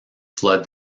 flood